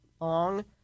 long